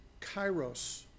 kairos